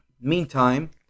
Meantime